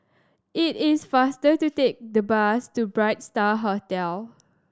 it is faster to take the bus to Bright Star Hotel